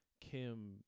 Kim